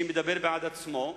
שמדבר בעד עצמו,